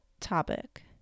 topic